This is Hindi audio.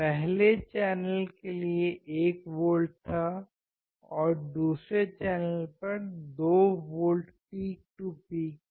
पहले चैनल के लिए 1 वोल्ट था और दूसरे चैनल पर 2 वोल्ट पीक टू पीक था